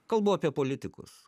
kalbu apie politikus